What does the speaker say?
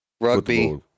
rugby